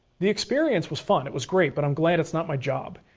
the experience was fun, it was great, but i'm glad it's not my job.